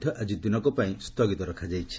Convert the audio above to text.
ମଧ୍ୟ ଆଜି ଦିନକ ପାଇଁ ସୁଗିତ ରଖାଯାଇଛି